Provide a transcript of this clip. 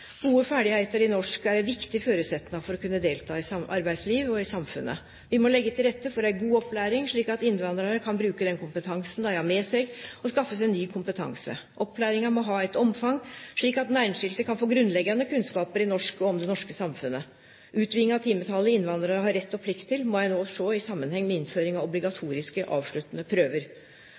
Gode ferdigheiter i norsk er ein viktig føresetnad for å kunne delta i arbeidslivet og i samfunnet. Vi må leggje til rette for ei god opplæring, slik at innvandrarar kan bruke den kompetansen dei har med seg, og skaffe seg ny kompetanse. Opplæringa må ha eit omfang, slik at den einskilde kan få grunnleggjande kunnskapar i norsk og om det norske samfunnet. Utvidinga av timetalet innvandrarar har rett og plikt til, må ein òg sjå i samanheng med innføring av obligatoriske avsluttande